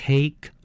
Take